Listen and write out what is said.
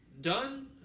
done